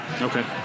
Okay